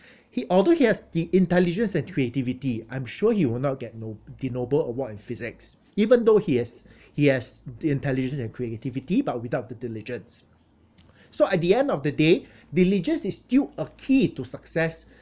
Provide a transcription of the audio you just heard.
he although he has the intelligence and creativity I'm sure he will not get nob~ the nobel award in physics even though he has he has the intelligence and creativity but without the diligence so at the end of the day diligence is still a key to success